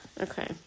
Okay